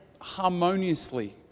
harmoniously